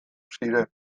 ziren